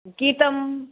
गीतम्